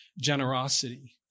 generosity